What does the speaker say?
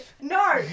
No